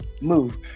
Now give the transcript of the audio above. move